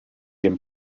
den